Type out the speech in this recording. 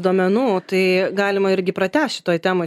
duomenų tai galima irgi pratęst šitoj temoj